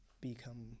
become